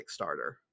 Kickstarter